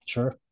Sure